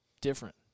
different